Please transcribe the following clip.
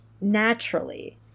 naturally